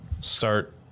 start